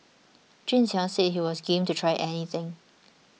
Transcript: Jun Xiang said he was game to try anything